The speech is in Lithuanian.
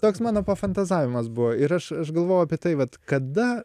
toks mano pafantazavimas buvo ir aš aš galvojau apie tai vat kada